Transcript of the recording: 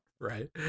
Right